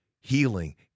healing